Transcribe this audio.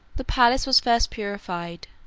the palace was first purified.